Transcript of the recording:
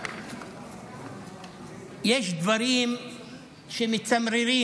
יש דברים שמצמררים.